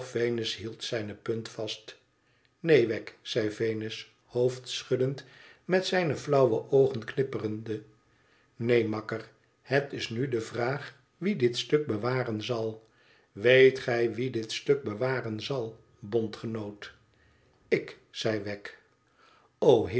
venus hield zijne punt vast neen wegg zei venus hoofdschuddend met zijne flauwe oogen knippende neen makker het is nu de vraag wie dit stuk bewaren zal weet gij wie dit stuk bewaren zal bondgenoot tik zei wegg heer